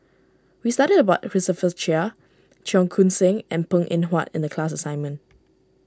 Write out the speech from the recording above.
we studied about Christopher Chia Cheong Koon Seng and Png Eng Huat in the class assignment